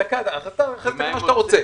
אז אתה תספור כמו שאתה רוצה.